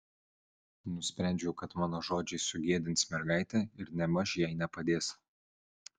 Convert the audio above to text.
nusprendžiau kad mano žodžiai sugėdins mergaitę ir nėmaž jai nepadės